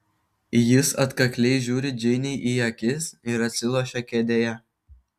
jis atkakliai žiūri džeinei į akis ir atsilošia kėdėje